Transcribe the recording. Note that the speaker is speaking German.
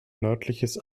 nördliches